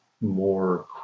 more